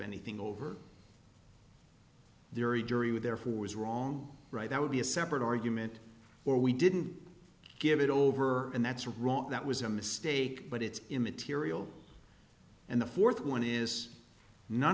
anything over there a jury would therefore was wrong right that would be a separate argument or we didn't give it over and that's wrong that was a mistake but it's immaterial and the fourth one is none